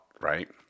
right